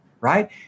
right